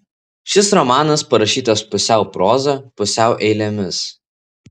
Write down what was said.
šis romanas parašytas pusiau proza pusiau eilėmis